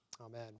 Amen